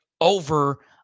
over